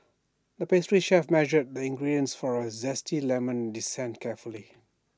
the pastry chef measured the ingredients for A Zesty Lemon Dessert carefully